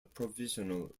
provisional